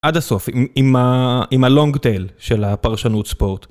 עד הסוף, עם ה-Long Tail של הפרשנות ספורט.